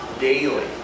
daily